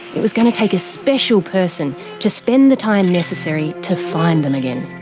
it was going to take a special person to spend the time necessary to find them again.